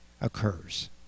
occurs